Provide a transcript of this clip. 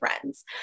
friends